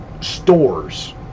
stores